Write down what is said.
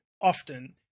Often